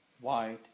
white